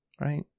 Right